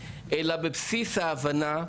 אלא בבסיס ההבנה,